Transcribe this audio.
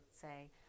say